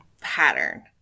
pattern